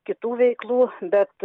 kitų veiklų bet